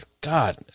God